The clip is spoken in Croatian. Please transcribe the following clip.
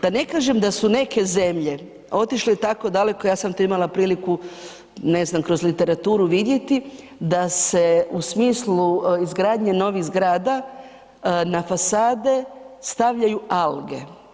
Da ne kažem da su neke zemlje otišle tako daleko, ja sam to imala priliku ne znam kroz literaturu vidjeti da se u smislu izgradnje novih zgrada na fasade stavljaju alge.